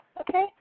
Okay